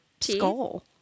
skull